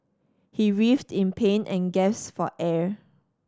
he writhed in pain and gasped for air